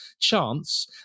chance